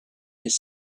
his